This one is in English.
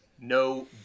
no